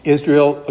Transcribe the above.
Israel